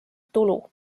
tulu